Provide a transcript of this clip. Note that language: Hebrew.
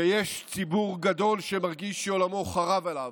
שיש ציבור גדול שמרגיש שעולמו חרב עליו,